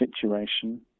situation